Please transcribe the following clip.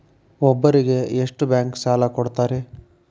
ಒಬ್ಬರಿಗೆ ಎಷ್ಟು ಬ್ಯಾಂಕ್ ಸಾಲ ಕೊಡ್ತಾರೆ?